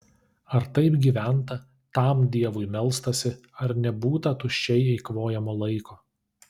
ar taip gyventa tam dievui melstasi ar nebūta tuščiai eikvojamo laiko